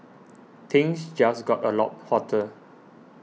things just got a lot hotter